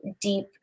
deep